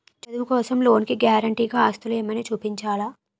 చదువు కోసం లోన్ కి గారంటే గా ఆస్తులు ఏమైనా చూపించాలా?